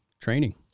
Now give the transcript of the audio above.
training